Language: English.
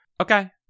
okay